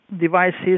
devices